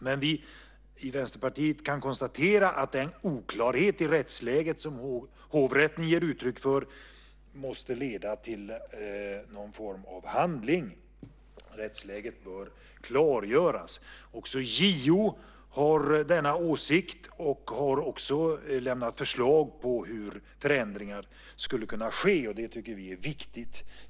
Men vi i Vänsterpartiet kan konstatera att den oklarhet i rättsläget som hovrätten ger uttryck för måste leda till någon form av handling. Rättsläget bör klargöras. Också JO har denna åsikt och har lämnat förslag på hur förändringar skulle kunna ske. Det tycker vi är viktigt.